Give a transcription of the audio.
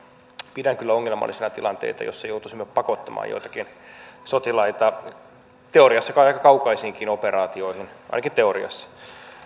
pidän kyllä ongelmallisena tilanteita joissa joutuisimme pakottamaan joitakin sotilaita teoriassa kai aika kaukaisiinkin operaatioihin ainakin teoriassa